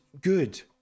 good